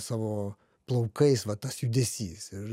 savo plaukais va tas judesys ir